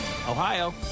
Ohio